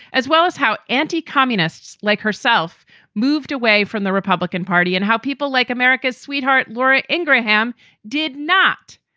as well as how anti-communist like herself moved away from the republican party and how people like america's sweetheart laura ingraham did not.